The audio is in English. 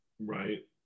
Right